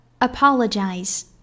apologize